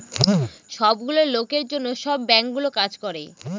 সব গুলো লোকের জন্য সব বাঙ্কগুলো কাজ করে